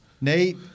Nate